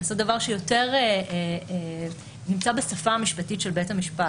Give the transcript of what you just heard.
לעשות דבר שהוא יותר נמצא בשפה המשפטית של בית המשפט.